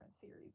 series